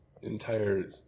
Entire